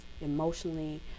emotionally